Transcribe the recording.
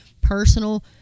personal